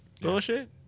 Bullshit